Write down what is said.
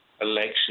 election